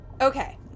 Okay